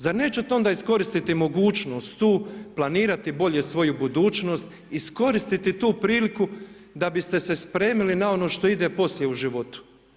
Zar nećete onda iskoristiti mogućnost tu planirate bolje svoju budućnost, iskoristiti tu priliku da biste se spremili na ono što ide poslije u životu?